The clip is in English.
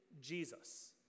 Jesus